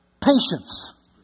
patience